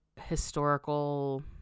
historical